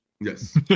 yes